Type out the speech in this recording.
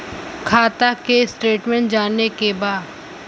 खाता के स्टेटमेंट जाने के बा?